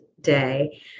day